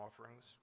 offerings